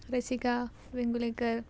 Rasika Vengurlekar